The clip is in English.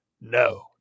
no